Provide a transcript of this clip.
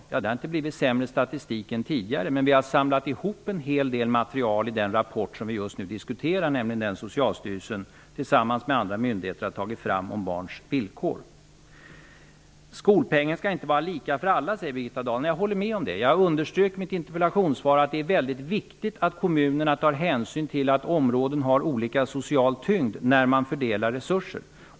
Statistiken har inte blivit sämre än den har varit tidigare, men vi har samlat ihop en hel del material i den rapport som vi just nu diskuterar, nämligen den som Socialstyrelsen tillsammans med andra myndigheter har tagit fram om barns villkor. Skolpengen skall inte vara lika för alla, sade Birgitta Dahl. Nej, jag håller med om det. Jag underströk i mitt interpellationssvar att det är väldigt viktigt att kommunerna tar hänsyn till att områden har olika social tyngd när man fördelar resurser.